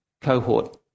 cohort